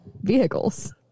vehicles